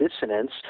dissonance